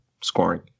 scoring